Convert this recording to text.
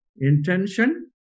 intention